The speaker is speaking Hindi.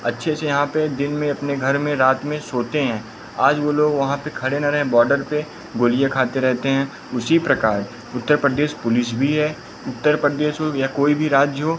अच्छे से यहाँ पर दिन में अपने घर में रात में सोते हैं आज वे लोग वहाँ पर खड़े ना रहें बॉर्डर पर गोलियाँ खाते रहते हैं उसी प्रकार उत्तर प्रदेश पुलिस भी है उत्तर प्रदेश हो या कोई भी राज्य हो